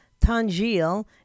Tanjil